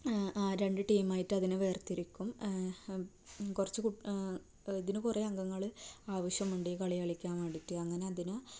രണ്ട് ടീം ആയിട്ട് അതിനെ വേർതിരിക്കും കുറച്ച് കു ഇതിന് കുറേ അംഗങ്ങൾ ആവശ്യമുണ്ട് ഈ കളി കളിക്കാൻ വേണ്ടിയിട്ട് അങ്ങനെ അതിന്